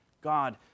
God